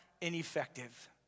ineffective